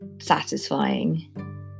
satisfying